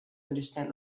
understand